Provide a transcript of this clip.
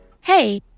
Hey